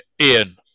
Ian